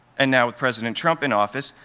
and now, with president trump in office,